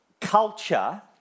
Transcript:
culture